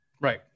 right